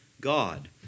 God